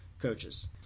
coaches